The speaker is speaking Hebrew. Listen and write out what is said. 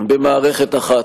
במערכת אחת.